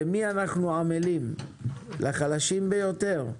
למי אנחנו עמלים לחלשים ביותר?